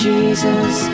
Jesus